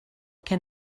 can